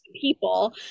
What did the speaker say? people